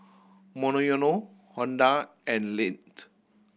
Monoyono Honda and Lindt